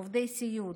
עובדי הסיעוד,